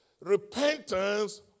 repentance